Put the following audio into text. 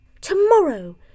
Tomorrow